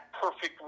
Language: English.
perfect